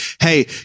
hey